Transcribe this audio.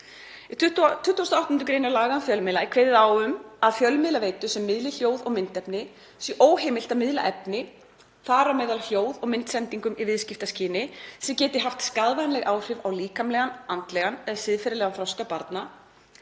Í 28. gr. laga um fjölmiðla er kveðið á um að fjölmiðlaveitum sem miðli hljóð- og myndefni sé óheimilt að miðla efni, þar á meðal hljóð- og myndsendingum í viðskiptaskyni sem geti haft skaðvænleg áhrif á líkamlegan, andlegan eða siðferðislegan þroska barna,